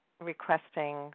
requesting